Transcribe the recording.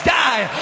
die